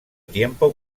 tiempo